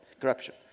corruption